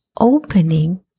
opening